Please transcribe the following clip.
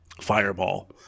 Fireball